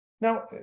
Now